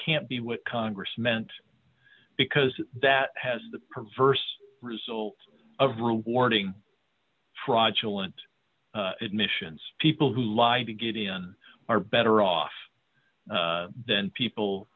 can't be what congress meant because that has the perverse result of rewarding fraudulent admissions people who lied to get in are better off than people